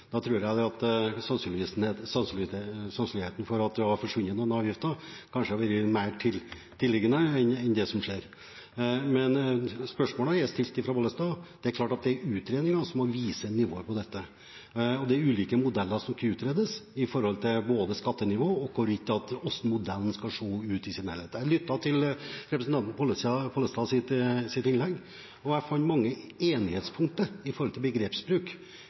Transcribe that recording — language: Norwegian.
kanskje hadde vært større enn det som er. Men spørsmålet er stilt av representanten Pollestad. Det er klart at det er utredninger som må vise nivået på dette, og det er ulike modeller som skal utredes med tanke på både skattenivå og hvordan modellen skal se ut i sin helhet. Jeg lyttet til representanten Pollestads innlegg, og jeg fant mange enighetspunkter når det gjelder begrepsbruk